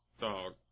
Dog